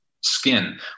skin